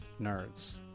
nerds